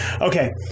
okay